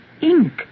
ink